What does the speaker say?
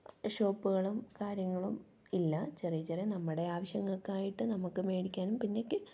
ഷോപ്പുകളും കാര്യങ്ങളും ഇല്ല ചെറിയ ചെറിയ നമ്മുടെ ആവശ്യങ്ങൾക്കായിട്ട് നമുക്ക് മേടിക്കാനും പിന്നേക്ക്